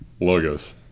Logos